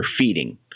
feeding